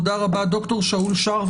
ד"ר שאול שארף,